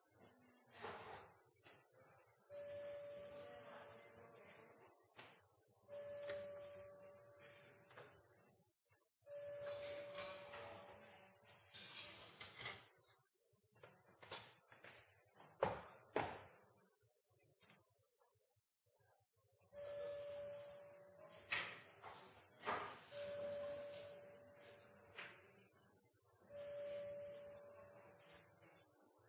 takke